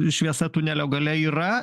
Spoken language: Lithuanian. šviesa tunelio gale yra